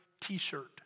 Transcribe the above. t-shirt